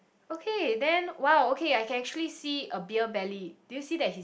okay then !wow! okay I can actually see a beer belly do you see that his